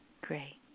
great